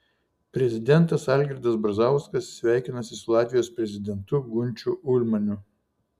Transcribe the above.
prezidentas algirdas brazauskas sveikinasi su latvijos prezidentu gunčiu ulmaniu